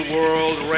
World